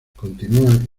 continúan